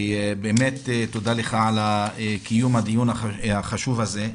באמת תודה לך על קיום הדיון החשוב הזה.